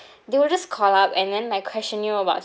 they will just call up and then like question you about